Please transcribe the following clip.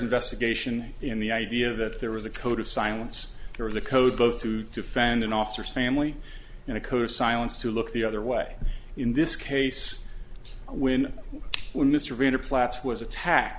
investigation in the idea that there was a code of silence there was a code both to defend and officers family and a code of silence to look the other way in this case when when mr